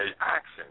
action